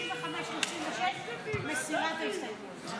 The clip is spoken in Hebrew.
35 ו-36, מסירה את ההסתייגויות.